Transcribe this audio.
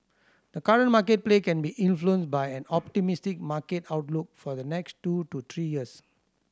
the current market play can be influenced by an optimistic market outlook for the next two to three years